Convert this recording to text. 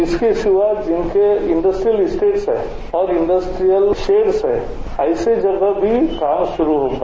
इसके सिवा जिनके इंडस्ट्रीयल स्टेटस है और इंडस्ट्रीयल शेड़स हैं ऐसी जगह भी काम शुरू होगा